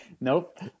nope